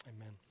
Amen